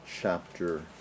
chapter